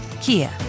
Kia